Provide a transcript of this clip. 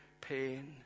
pain